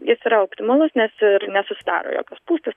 jis yra optimalus nes ir nesusidaro jokios spūstys